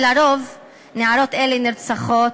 ועל-פי רוב נערות אלו נרצחות,